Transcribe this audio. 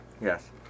Yes